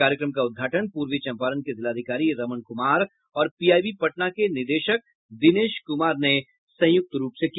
कार्यक्रम का उद्घाटन प्रर्वी चंपारण के जिलाधिकारी रमण कुमार और पीआईबी पटना के निदेशक दिनेश कुमार ने संयुक्त रूप से किया